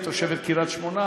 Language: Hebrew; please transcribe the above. היא תושבת קריית-שמונה,